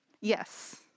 Yes